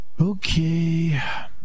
Okay